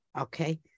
Okay